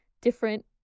different